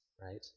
right